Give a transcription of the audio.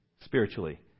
spiritually